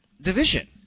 division